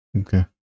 Okay